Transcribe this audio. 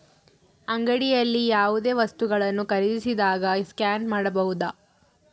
ಅಂಗಡಿಯಲ್ಲಿ ಯಾವುದೇ ವಸ್ತುಗಳನ್ನು ಖರೇದಿಸಿದಾಗ ಸ್ಕ್ಯಾನ್ ಮಾಡಬಹುದಾ?